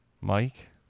Mike